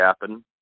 happen